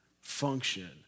function